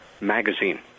Magazine